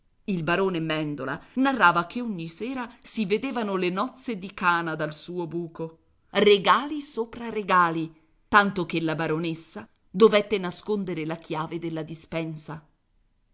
il barone mèndola narrava che ogni sera si vedevano le nozze di cana dal suo buco regali sopra regali tanto che la baronessa dovette nascondere la chiave della dispensa